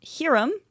Hiram